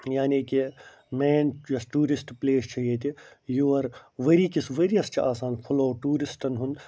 یعنی کہِ مین یۄس ٹوٗرسٹ پٕلیس چھِ ییٚتہِ یور ؤریٖکِس ؤرِیَس چھِ آسان فُلو ٹوٗرسٹن ہُنٛد